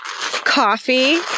coffee